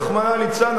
רחמנא ליצלן,